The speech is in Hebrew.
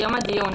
יום הדיון,